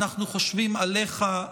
אנחנו חושבים עליך,